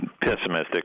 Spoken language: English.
pessimistic